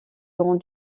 grand